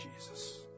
Jesus